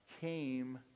came